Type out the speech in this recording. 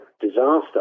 disaster